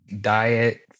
diet